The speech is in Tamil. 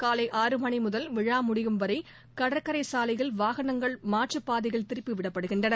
காலை ஆறு மணிமுதல் விழா முடியும் வரைகடற்கரைசாலையில் வாகனங்கள் மாற்றுப் பாதையில் திருப்பிவிடப்படுகின்றன